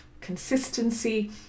consistency